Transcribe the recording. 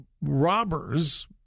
robbers